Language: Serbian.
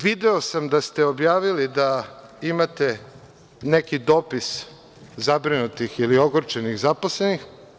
Video sam da ste objavili da imate neki dopis zabrinutih ili ogorčenih zaposlenih.